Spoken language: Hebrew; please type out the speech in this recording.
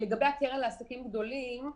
לגבי הקרן לעסקים גדולים,